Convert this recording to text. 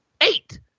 eight